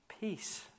Peace